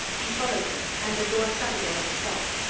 he followed them, and the door shut again of itself.